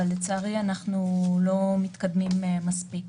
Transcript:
אבל לצערי אנחנו לא מתקדמים מספיק.